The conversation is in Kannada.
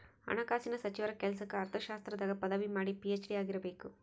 ಹಣಕಾಸಿನ ಸಚಿವರ ಕೆಲ್ಸಕ್ಕ ಅರ್ಥಶಾಸ್ತ್ರದಾಗ ಪದವಿ ಮಾಡಿ ಪಿ.ಹೆಚ್.ಡಿ ಆಗಿರಬೇಕು